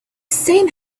same